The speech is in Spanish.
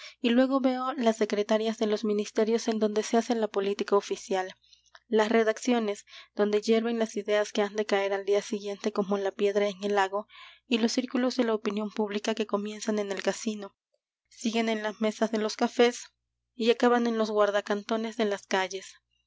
y luego veo las secretarías de los ministerios en donde se hace la política oficial las redacciones donde hierven las ideas que han de caer al día siguiente como la piedra en el lago y los círculos de la opinión pública que comienzan en el casino siguen en las mesas de los cafés y acaban en los guardacantones de las calles